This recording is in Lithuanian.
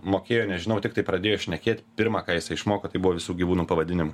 mokėjo nežinau tiktai pradėjo šnekėt pirmą ką jisai išmoko tai buvo visų gyvūnų pavadinimai